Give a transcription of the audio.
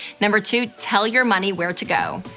number two, tell your money where to go.